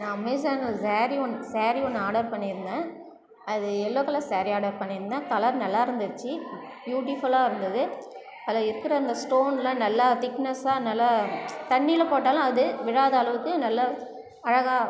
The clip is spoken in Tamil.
நான் அமேசான்னில் ஸாரி ஒன்று ஸாரி ஒன்று ஆர்டர் பண்ணியிருந்தேன் அது எல்லோ கலர் ஸாரி ஆர்டர் பண்ணியிருந்தேன் கலர் நல்லாயிருந்துச்சு பியூட்டி ஃபுல்லாக இருந்தது அதில் இருக்கிற அந்த ஸ்டோன்லாம் நல்லா திக்னஸ்ஸாக நல்லா தண்ணியில் போட்டாலும் அது விழாத அளவுக்கு நல்ல அழகாக